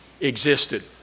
existed